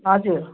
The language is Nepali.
हजुर